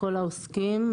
לכל העוסקים.